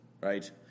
Right